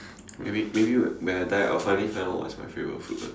maybe maybe when when I die I'll finally find out what is my favorite food lah